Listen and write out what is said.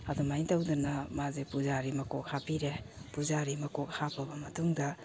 ꯑꯗꯨꯃꯥꯏꯅ ꯇꯧꯗꯅ ꯃꯥꯁꯦ ꯄꯨꯖꯥꯔꯤ ꯃꯀꯣꯛ ꯍꯥꯞꯄꯤꯔꯦ ꯄꯨꯖꯥꯔꯤ ꯃꯀꯣꯛ ꯍꯥꯞꯄꯕ ꯃꯇꯨꯡꯗ